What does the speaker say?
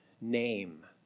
name